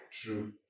True